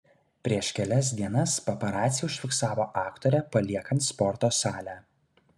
prieš kelias dienas paparaciai užfiksavo aktorę paliekant sporto salę